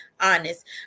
honest